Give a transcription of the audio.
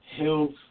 health